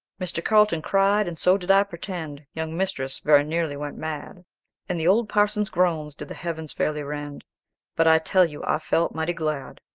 mr. carlton cried, and so did i pretend young mistress very nearly went mad and the old parson's groans did the heavens fairly rend but i tell you i felt mighty glad.